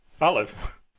Olive